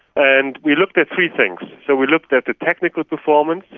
and we looked at three things. so we looked at the technical performance,